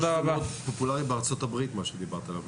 יש את מה שדיברת עליו בארצות הברית, לא?